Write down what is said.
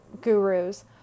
gurus